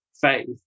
faith